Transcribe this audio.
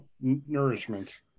nourishment